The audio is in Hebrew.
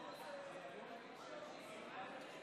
48. הודעת